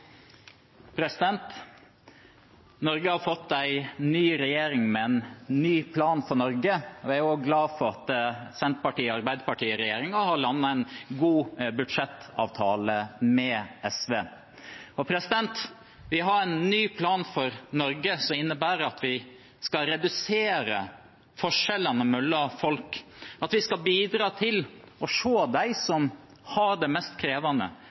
glad for at Senterparti- og Arbeiderparti-regjeringen har landet en god budsjettavtale med SV. Vi har en ny plan for Norge, som innebærer at vi skal redusere forskjellene mellom folk, at vi skal bidra til å se dem som har det mest krevende,